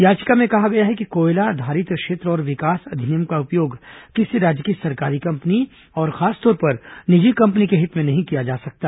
याचिका में कहा गया है कि कोयलाधारित क्षेत्र अधिनियम का उपयोग किसी राज्य की सरकारी कंपनी और खासतौर पर निजी कंपनी के और विकास हित में नहीं किया जा सकता